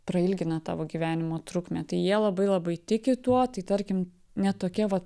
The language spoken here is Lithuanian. prailgina tavo gyvenimo trukmę tai jie labai labai tiki tuo tai tarkim net tokie vat